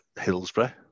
Hillsborough